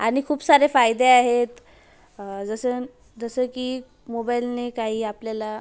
आणि खूप सारे फायदे आहेत जसं जसं की मोबईलने काही काही आपल्याला